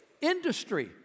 Industry